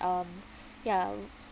um ya